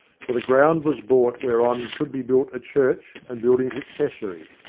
for the ground was bought whereon should be built a church and buildings accessory,